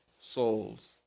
souls